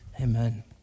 Amen